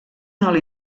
oli